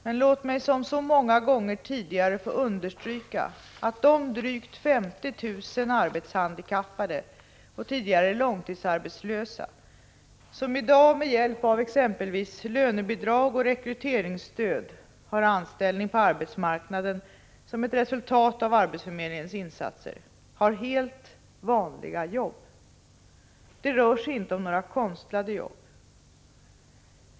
Men låt mig som så många gånger tidigare få understryka att de drygt 50 000 arbetshandikappade och tidigare långtidsarbetslösa, som i dag med hjälp av exempelvis lönebidrag och rekryteringsstöd har anställning på arbetsmarknaden som ett resultat av arbetsförmedlingens insatser, har helt vanliga jobb. Det rör sig inte om några konstlade jobb.